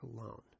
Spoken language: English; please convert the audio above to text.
alone